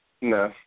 No